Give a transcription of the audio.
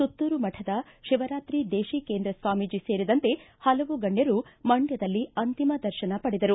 ಸುತ್ತೂರು ಮಠದ ಶಿವರಾತ್ರಿ ದೇಶಿಕೇಂದ್ರ ಸ್ವಾಮೀಜಿ ಸೇರಿದಂತೆ ಹಲವು ಗಣ್ಣರು ಮಂಡ್ಯದಲ್ಲಿ ಅಂತಿಮ ದರ್ಶನ ಪಡೆದರು